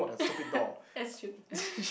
that's true